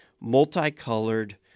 multicolored